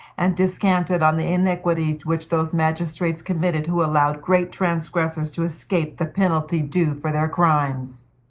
and descanted on the iniquity which those magistrates committed who allowed great transgressors to escape the penalty due for their crimes.